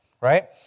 Right